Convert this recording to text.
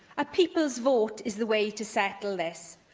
a people's vote is the way to settle this,